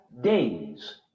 days